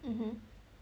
mmhmm